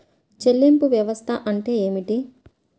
చెల్లింపు వ్యవస్థ అంటే ఏమిటి?